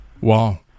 Wow